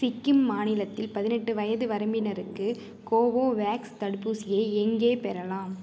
சிக்கிம் மாநிலத்தில் பதினெட்டு வயது வரம்பினருக்கு கோவோவேக்ஸ் தடுப்பூசியை எங்கே பெறலாம்